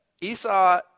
Esau